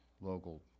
local